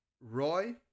Roy